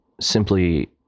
simply